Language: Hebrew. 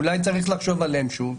אולי צריך לחשוב עליהם שוב.